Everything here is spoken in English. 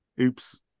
oops